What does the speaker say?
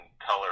color